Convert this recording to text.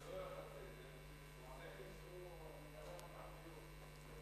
ההצעה לכלול את הנושא בסדר-היום של הכנסת נתקבלה.